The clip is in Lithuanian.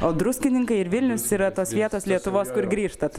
o druskininkai ir vilnius yra tos vietos lietuvos kur grįžtat